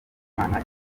imana